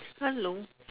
hello